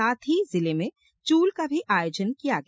साथ ही जिले में चूल का भी आयोजन किया गया